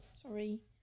sorry